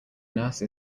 nurse